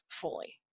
fully